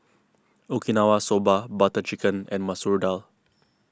Okinawa Soba Butter Chicken and Masoor Dal